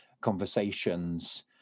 conversations